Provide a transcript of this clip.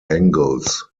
angles